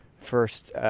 first